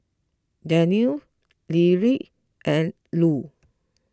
Danniel Lyric and Lue